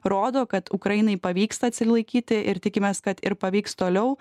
rodo kad ukrainai pavyksta atsilaikyti ir tikimės kad ir pavyks toliau